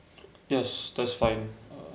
yes that's fine